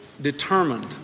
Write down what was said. determined